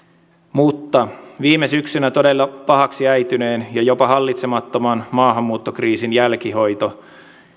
mutta viime syksynä todella pahaksi äityneen ja jopa hallitsemattoman maahanmuuttokriisin jälkihoito